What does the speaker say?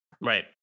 Right